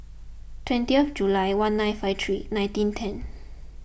twenty of July one nine five three nineteen ten